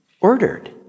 ordered